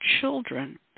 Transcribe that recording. children